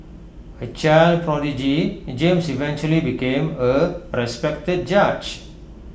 A child prodigy James eventually became A respected judge